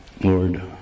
Lord